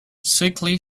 sickly